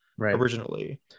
originally